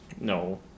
No